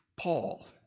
Paul